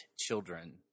children